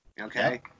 Okay